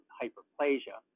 hyperplasia